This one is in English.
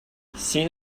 seen